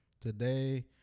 Today